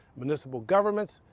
municipal government,